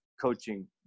coaching